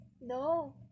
No